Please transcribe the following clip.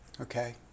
Okay